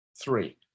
three